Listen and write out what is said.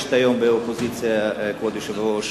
מיואשת היום באופוזיציה, כבוד היושב-ראש,